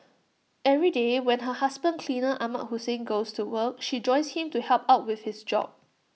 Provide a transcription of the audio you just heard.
every day when her husband cleaner Ahmad Hussein goes to work she joins him to help out with his job